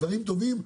דברים טובים,